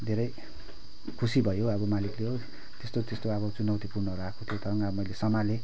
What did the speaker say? धेरै खुसी भयो अब मालिकले त्यस्तो त्यस्तो अब चुनौतीपूर्णहरू आएको थियो तर पनि अब मैले सम्हालेँ